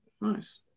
nice